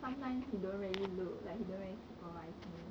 sometimes he don't really look like he don't supervise me